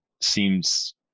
seems